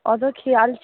অত খেয়াল ছি